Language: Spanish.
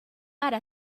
para